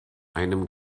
einem